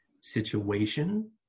situation